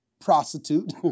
prostitute